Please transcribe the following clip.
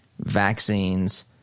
Vaccines